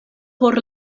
por